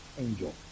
angel